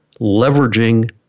leveraging